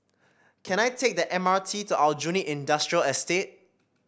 can I take the M R T to Aljunied Industrial Estate